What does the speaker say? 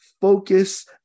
focus